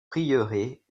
prieuré